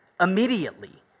immediately